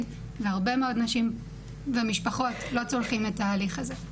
והרבה מאוד נשים ומשפחות לא צולחים את ההליך הזה.